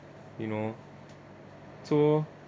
you know so